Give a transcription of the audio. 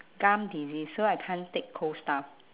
gum disease so I can't take cold stuff